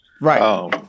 Right